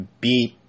beep